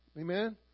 Amen